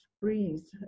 breeze